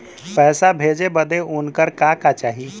पैसा भेजे बदे उनकर का का चाही?